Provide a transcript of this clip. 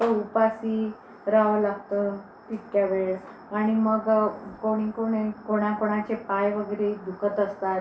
तर उपाशी राहावं लागतं तितक्या वेळेस आणि मग कोणी कोणी कोणाकोणाचे पाय वगैरे दुखत असतात